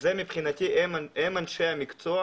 מבחינתי הם אנשי המקצוע,